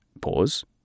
pause